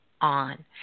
on